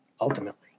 ultimately